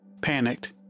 Panicked